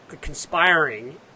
conspiring